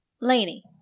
Laney